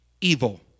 evil